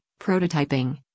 prototyping